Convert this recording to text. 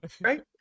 Right